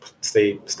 stay